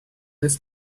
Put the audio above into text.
this